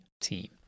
team